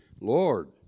Lord